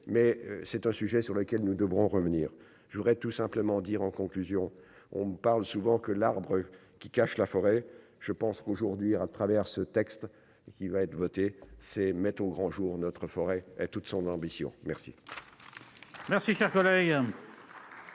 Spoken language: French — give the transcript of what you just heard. mais c'est un sujet sur lequel nous devrons revenir je voudrais tout simplement dire en conclusion, on parle souvent que l'arbre qui cache la forêt, je pense qu'aujourd'hui, à travers ce texte et qui va être votée, c'est mettre au grand jour, notre forêt et toute son ambition, merci.